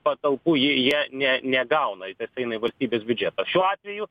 patalpų jie jie ne negauna tas eina į valstybės biudžetą šiuo atveju